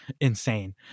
insane